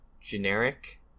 generic